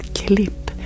klipp